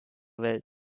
welt